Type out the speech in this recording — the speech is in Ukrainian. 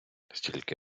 стільки